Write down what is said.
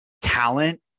talent